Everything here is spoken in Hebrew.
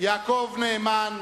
יעקב נאמן,